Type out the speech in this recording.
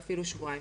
ואפילו שבועיים.